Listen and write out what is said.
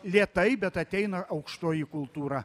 lėtai bet ateina aukštoji kultūra